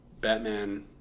Batman